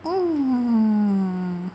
mm